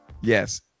Yes